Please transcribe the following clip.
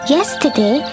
Yesterday